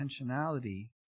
intentionality